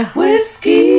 whiskey